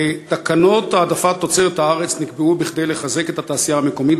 תקנות העדפת תוצרת הארץ נקבעו כדי לחזק את התעשייה המקומית,